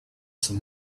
some